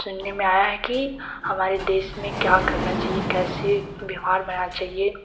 सुनने मे आया है की हमारे देश में क्या करना चाहिए कैसे व्यवहार बनाना चाहिए